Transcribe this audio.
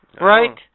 right